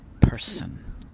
person